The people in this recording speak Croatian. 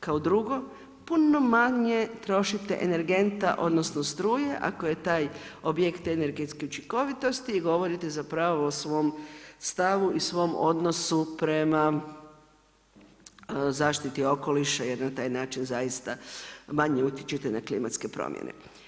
Kao drugo, puno manje trošite energenta odnosno struje ako je taj objekt energetski učinkovitosti i govorite zapravo o svom stavu i svom odnosu prema zaštiti okoliša jer na taj način zaista manje utječete na klimatske promjene.